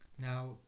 Now